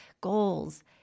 goals